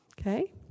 Okay